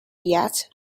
yet